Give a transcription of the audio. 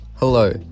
Hello